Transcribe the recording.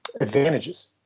advantages